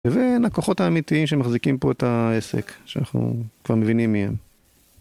ולקוחות האמיתיים שמחזיקים פה את העסק, שאנחנו כבר מבינים מי הם.